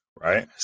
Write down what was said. right